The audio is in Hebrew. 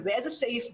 ואיזה סעיף,